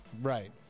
Right